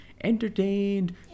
entertained